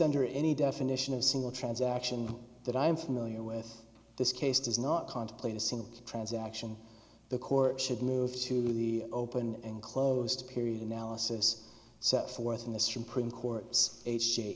under any definition of single transaction that i am familiar with this case does not contemplate a single transaction the court should move to the open and closed period analysis set forth in the supreme court's